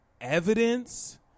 evidence